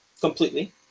completely